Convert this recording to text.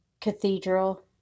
cathedral